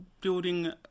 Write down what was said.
building